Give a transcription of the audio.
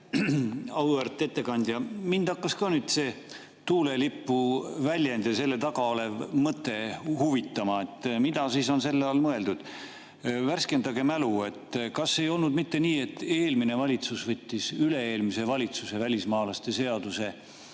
Auväärt ettekandja! Mind hakkas ka nüüd see tuulelipu väljend ja selle taga olev mõte huvitama – mida siis on selle all mõeldud. Värskendage mu mälu! Kas ei olnud mitte nii, et eelmine valitsus võttis üle-eelmise valitsuse välismaalaste seaduse,